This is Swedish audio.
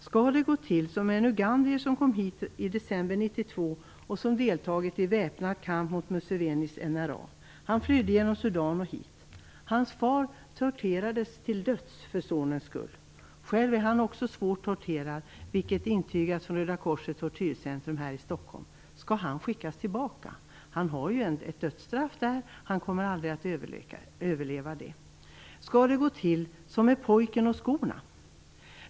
Skall det gå till som med en ugandier som kom hit i december 1992 och som deltagit i väpnad kamp mot Musevenis NRA? Han flydde genom Sudan och hit. Hans far torterades till döds för sonens skull, själv är han också svårt torterad, vilket intygats från Röda korsets tortyrcentrum här i Stockholm. Skall han skickas tillbaka? Han har ju ett dödsstraff att vänta där. Han kommer aldrig att överleva det. Skall det gå till som med pojken och skorna?